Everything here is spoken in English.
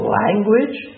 language